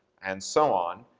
and so on.